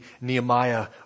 Nehemiah